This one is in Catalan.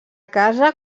casa